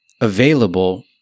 available